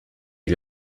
est